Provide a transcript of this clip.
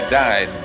died